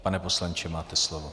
Pane poslanče, máte slovo.